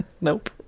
Nope